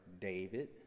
David